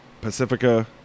Pacifica